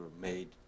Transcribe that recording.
made